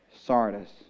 Sardis